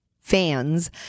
fans